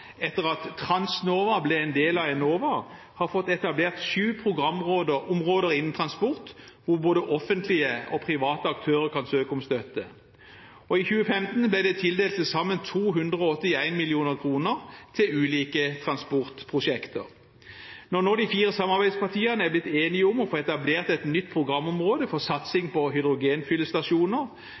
etter at Transnova ble en del av Enova, har fått etablert sju programområder innen transport, hvor både offentlige og private aktører kan søke om støtte. I 2015 ble det tildelt til sammen 281 mill. kr til ulike transportprosjekter. Når nå de fire samarbeidspartiene er blitt enige om å få etablert et nytt programområde for satsing på hydrogenfyllestasjoner,